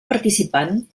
participant